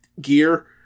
gear